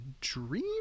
dream